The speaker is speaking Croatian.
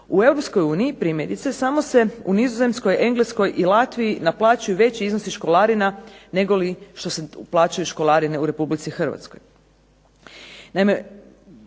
U EU primjerice samo se u Nizozemskoj, Engleskoj i Latviji naplaćuju veći iznosi školarina negoli što se uplaćuju školarine u RH. Naime,